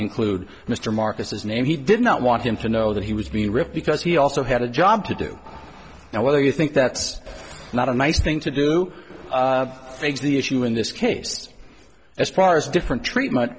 include mr marcos's name he did not want him to know that he was being ripped because he also had a job to do and whether you think that's not a nice thing to do the issue in this case as far as different treatment